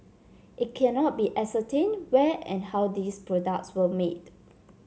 it cannot be ascertained where and how these products were made